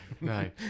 No